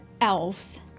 elves